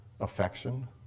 affection